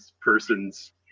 person's